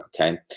okay